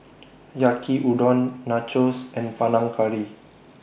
Yaki Udon Nachos and Panang Curry